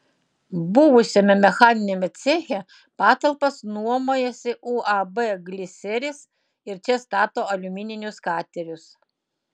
buvusiame mechaniniame ceche patalpas nuomojasi uab gliseris ir čia stato aliumininius katerius